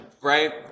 right